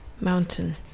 Mountain